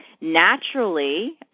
naturally